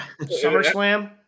SummerSlam